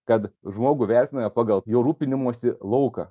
kad žmogų vertiname pagal jo rūpinimosi lauką